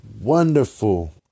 Wonderful